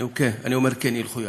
אני אומר: כן, ילכו יחדיו.